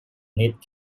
need